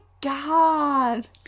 god